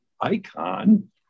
icon